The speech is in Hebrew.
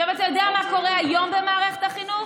עכשיו, אתה יודע מה קורה היום במערכת החינוך?